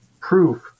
proof